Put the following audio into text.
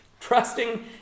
Trusting